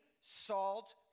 salt